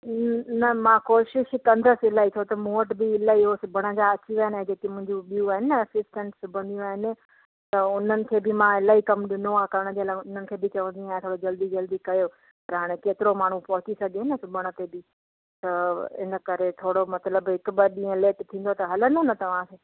न मां कोशिशि कंदसि इलाही छो त मूं वटि बि इलाही उहे सिबण अची विया आहिनि जेके मुंहिंजियूं ॿियूं आहिनि असिस्टैंट सिबंदियूं आहिनि त उन्हनि खे बि मां इलाही कमु ॾिनो आहे करण जे लाइ उन्हनि खे बि चवंदी आहियां थोरो जल्दी जल्दी कयो पर हाणे केतिरो माण्हू पहुची सघे न सिबण ते बि त इन करे थोरो मतिलबु हिक ॿ ॾींहं लेट थींदो त हलंदो न तव्हांखे